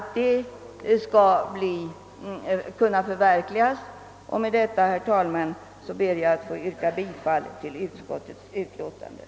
Herr talman! Med det sagda ber jag att få yrka bifall till utskottets hemställan.